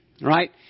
right